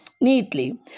neatly